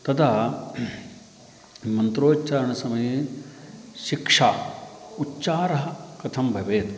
तदा मन्त्रोच्चारणसमये शिक्षा उच्चारः कथं भवेत्